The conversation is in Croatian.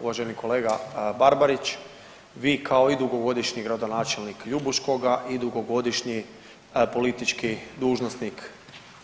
Uvaženi kolega Barbarić, vi kao i dugogodišnji gradonačelnik Ljubuškoga i dugogodišnji politički dužnosnik